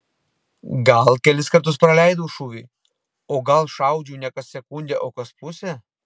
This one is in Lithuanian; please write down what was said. gal kelis kartus praleidau šūvį o gal šaudžiau ne kas sekundę o kas pusę